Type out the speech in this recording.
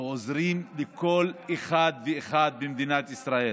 ועוזרים לכל אחד ואחד במדינת ישראל.